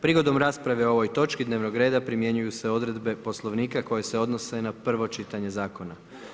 Prigodom rasprave o ovoj točki dnevnog reda primjenjuju se odredbe Poslovnika koje se odnose na prvo čitanje zakona.